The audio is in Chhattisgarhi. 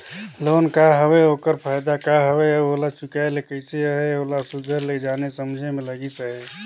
लोन का हवे ओकर फएदा का हवे अउ ओला चुकाए ले कइसे अहे ओला सुग्घर ले जाने समुझे में लगिस अहे